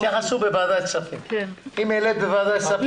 יתייחסו בוועדת הכספים, אם העלית בוועדת הכספים.